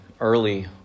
early